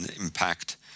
impact